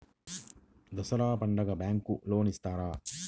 దసరా పండుగ bank loan ఇస్తారా?